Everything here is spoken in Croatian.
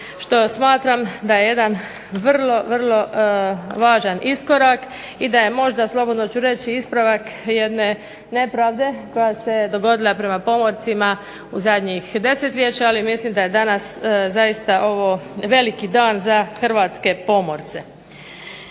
što smatram da je jedan vrlo, vrlo važan iskorak, i da je možda, slobodno ću reći, ispravak jedne nepravde koja se dogodila prema pomorcima u zadnjih desetljeća, ali mislim da je danas zaista ovo veliki dan za hrvatske pomorce.